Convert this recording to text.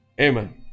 Amen